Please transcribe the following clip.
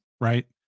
Right